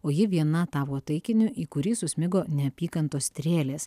o ji viena tapo taikiniu į kurį susmigo neapykantos strėlės